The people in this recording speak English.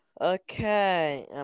Okay